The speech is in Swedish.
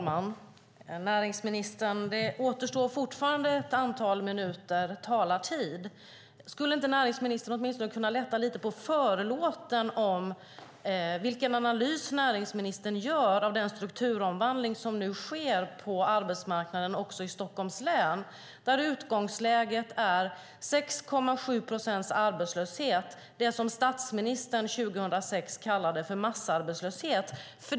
Herr talman! Det återstår fortfarande ett antal minuters talartid, näringsministern. Skulle inte näringsministern åtminstone kunna lätta lite på förlåten när det gäller vilken analys hon gör av den strukturomvandling som nu sker på arbetsmarknaden också i Stockholms län där utgångsläget är 6,7 procents arbetslöshet, det som statsministern 2006 kallade för massarbetslöshet?